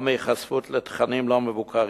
או מהיחשפות לתכנים לא מבוקרים,